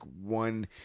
one